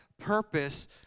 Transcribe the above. purpose